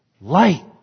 light